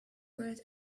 bread